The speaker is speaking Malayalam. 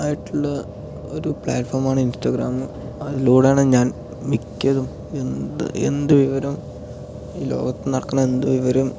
ആയിട്ടുള്ള ഒരു പ്ലാറ്റ്ഫോമാണ് ഇൻസ്റ്റാഗ്രാം അതിലൂടാണ് ഞാൻ മിക്കതും എന്ത് എന്ത് വിവരം ലോകത്ത് നടക്കണ എന്ത് വിവരവും